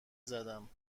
زدم